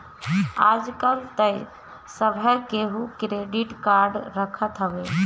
आजकल तअ सभे केहू क्रेडिट कार्ड रखत हवे